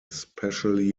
especially